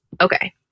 Okay